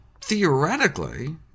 theoretically